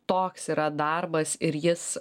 toks yra darbas ir jis